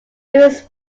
louis